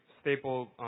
staple